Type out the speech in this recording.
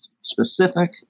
specific